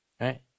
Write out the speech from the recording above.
right